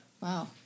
Wow